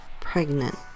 pregnant